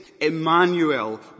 Emmanuel